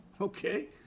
Okay